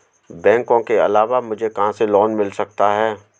बैंकों के अलावा मुझे कहां से लोंन मिल सकता है?